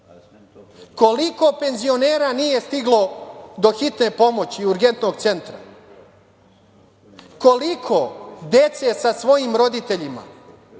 koliko penzionera nije stiglo do hitne pomoći i Urgentnog centra, koliko dece sa svojim roditeljima